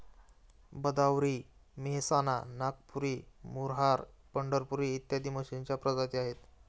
भदावरी, मेहसाणा, नागपुरी, मुर्राह, पंढरपुरी इत्यादी म्हशींच्या प्रजाती आढळतात